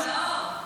נאור,